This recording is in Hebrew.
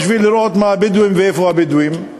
בשביל לראות מה הבדואים ואיפה הבדואים.